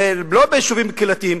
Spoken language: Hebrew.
זה לא ביישובים קהילתיים,